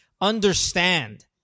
understand